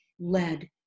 led